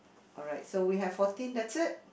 alright so we have fourteen that's it